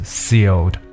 sealed